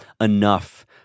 enough